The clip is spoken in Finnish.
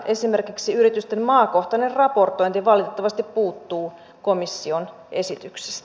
esimerkiksi yritysten maakohtainen raportointi valitettavasti puuttuu komission esityksestä